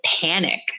panic